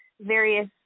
Various